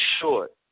Short